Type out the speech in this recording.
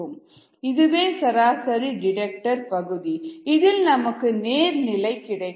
இதுவே சராசரி டிடெக்டர் பகுதி இதில் நமக்கு நேர் நிலை கிடைக்கும்